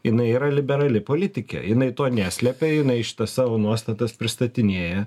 jinai yra liberali politikė jinai to neslepia jinai šitas savo nuostatas pristatinėja